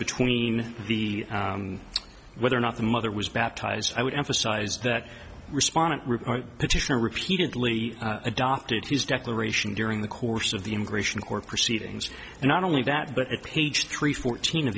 between the whether or not the mother was baptized i would emphasize that respondent petitioner repeatedly adopted his declaration during the course of the immigration court proceedings and not only that but at page three fourteen of